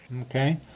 Okay